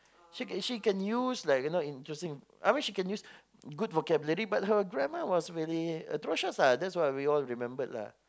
she she can use like you know interesting I mean she can use good vocabulary but her grammar was very atrocious lah that's what we all remembered lah